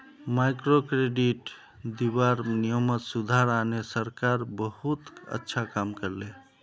microcredit दीबार नियमत सुधार आने सरकार बहुत अच्छा काम कर ले